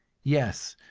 yes,